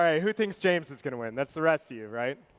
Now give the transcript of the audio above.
ah who thinks james is going to win? that's the rest of you, right?